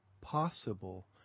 possible